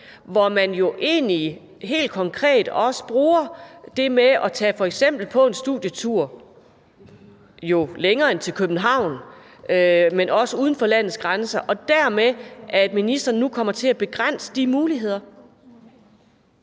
hvor man jo egentlig helt konkret bruger det med at tage på f.eks. en studietur, der er længere end til København, nemlig også uden for landets grænser, altså at ministeren dermed nu kommer til at begrænse de muligheder?